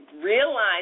realize